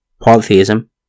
polytheism